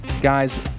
Guys